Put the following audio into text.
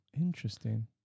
Interesting